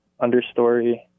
understory